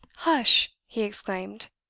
hush! he exclaimed,